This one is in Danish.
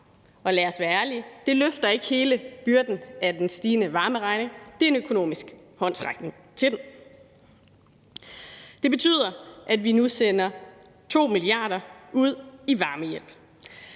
og lad os være ærlige: Det løfter ikke hele byrden af den stigende varmeregning. Det er en økonomisk håndsrækning til det. Det betyder, at vi nu sender 2 mia kr. ud i varmehjælp.